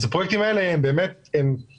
הפרויקטים האלה הם מחלפים,